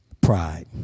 Pride